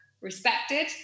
Respected